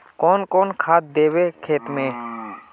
कौन कौन खाद देवे खेत में?